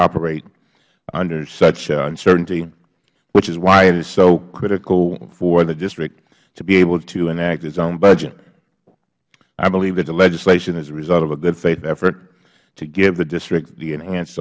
operate under such uncertainty which is why it is so critical for the district to be able to enact its own budget i believe that the legislation is a result of a good faith effort to give the district the enhanced